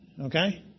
okay